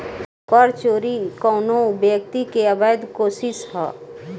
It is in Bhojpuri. कर चोरी कवनो व्यक्ति के अवैध कोशिस ह